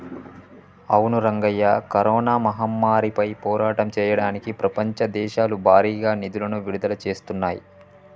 అవును రంగయ్య కరోనా మహమ్మారిపై పోరాటం చేయడానికి ప్రపంచ దేశాలు భారీగా నిధులను విడుదల చేస్తున్నాయి